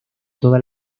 todas